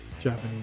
japanese